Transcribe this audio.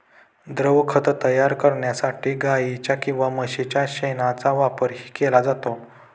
द्रवखत तयार करण्यासाठी गाईच्या किंवा म्हशीच्या शेणाचा वापरही केला जातो